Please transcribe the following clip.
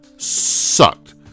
Sucked